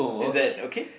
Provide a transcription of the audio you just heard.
is that okay